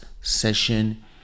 session